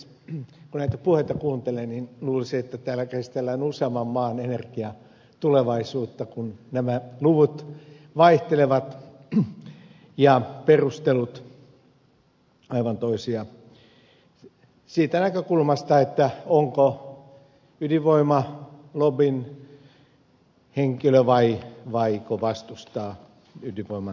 kun näitä puheita kuuntelee niin luulisi että täällä käsitellään useamman maan energiatulevaisuutta kun nämä luvut vaihtelevat ja perustelut ovat aivan toisia siitä näkökulmasta onko ydinvoimalobbyn henkilö vai vastustaako ydinvoiman lisärakentamista